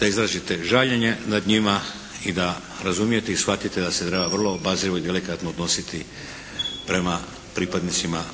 da izrazite žaljenje nad njima i da razumijete i shvatite da se treba vrlo obazrivo i delikatno odnositi prema pripadnicima